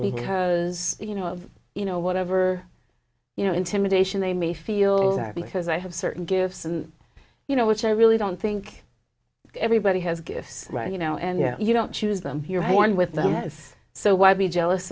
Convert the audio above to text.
because you know of you know whatever you know intimidation they may feel that because i have certain gifts and you know which i really don't think everybody has gifts right you know and you don't choose them you're one with the mess so why be jealous